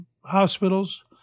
hospitals